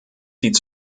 sieht